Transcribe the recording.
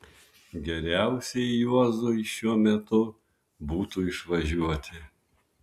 geriausiai juozui šiuo metu būtų išvažiuoti